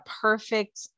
perfect